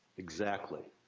exactly.